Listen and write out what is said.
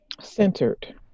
Centered